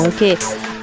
Okay